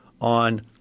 on